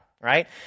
right